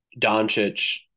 Doncic